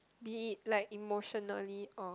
be it like emotionally or